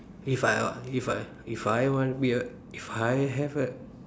if I want if I if I want to be a if I have a